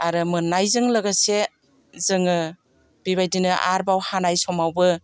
आरो मोननायजों लोगोसे जोङो बेबायदिनो आरबाव हानाय समावबो